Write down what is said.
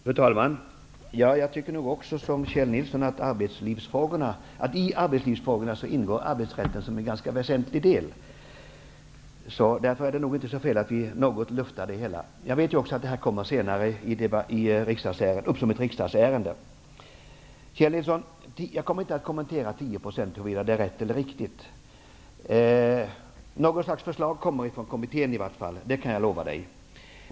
Fru talman! Jag tycker liksom Kjell Nilsson att i arbetslivsfrågorna ingår arbetsrätten som en ganska väsentlig del. Därför är det nog inte så fel att vi något luftar det ämnet, även om jag vet att arbetsrätten senare kommer upp som ett riksdagsärende. Jag kommer inte att kommentera huruvida 10 % är rätt eller inte. Något slags förslag kommer från kommittén, det kan jag i vart fall lova.